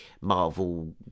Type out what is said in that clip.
Marvel